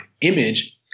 image